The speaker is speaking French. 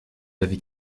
avait